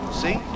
see